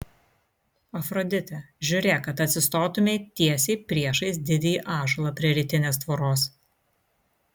afrodite žiūrėk kad atsistotumei tiesiai priešais didįjį ąžuolą prie rytinės tvoros